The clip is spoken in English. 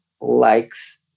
likes